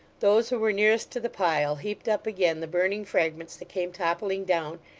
those who were nearest to the pile, heaped up again the burning fragments that came toppling down,